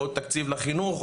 או תקציב לחינוך,